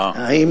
אה,